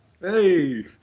hey